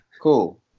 Cool